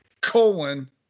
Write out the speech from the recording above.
colon